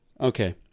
okay